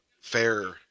fair